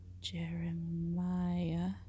Jeremiah